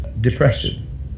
depression